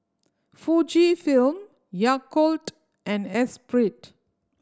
Fujifilm Yakult and Espirit